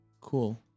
Cool